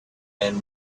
and